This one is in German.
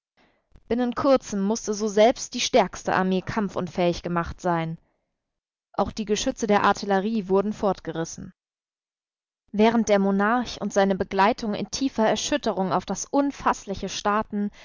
binnen kurzem mußte so selbst die stärkste armee kampfunfähig gemacht sein auch die geschütze der artillerie wurden fortgerissen während der monarch und seine begleitung in tiefer erschütterung auf das unfaßliche starrten